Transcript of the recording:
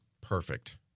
perfect